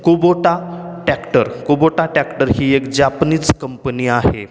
Kubota tractor Kubota tractor ही एक Japanese company आहे